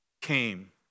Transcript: came